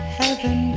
heaven